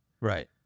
Right